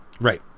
Right